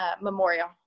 Memorial